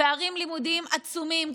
פערים לימודיים עצומים.